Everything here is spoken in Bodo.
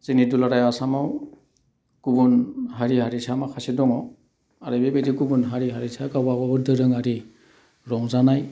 जोंनि दुलाराइ आसामाव गुबुन हारि हारिसा माखासे दङ आरो बेबायदि गुबुन हारि हारिसाया गावबागावबो दोरोङारि रंजानाय